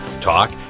talk